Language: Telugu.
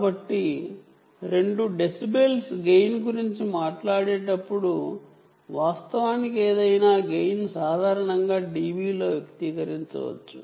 కాబట్టి 2 dB గెయిన్ గురించి మాట్లాడేటప్పుడు వాస్తవానికి ఏదైనా గెయిన్ సాధారణంగా dB లో వ్యక్తీకరించవచ్చు